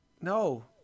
No